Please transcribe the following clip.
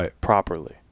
properly